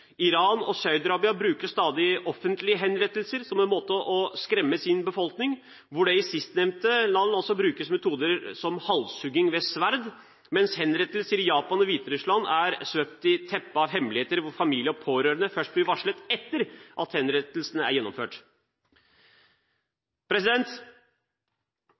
Iran og Saudi-Arabia bruker stadig offentlige henrettelser som en måte å skremme sin befolkning på, og i sistnevnte land brukes metoder som halshugging ved sverd. Henrettelser i Japan og Hviterussland er svøpt i et teppe av hemmeligheter, og familie og pårørende blir først varslet etter at henrettelsen er